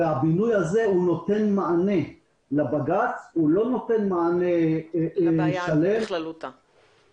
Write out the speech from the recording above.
הבינוי הזה נותן מענה לבג"ץ אבל לא נותן מענה לשלם -- לא